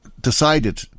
decided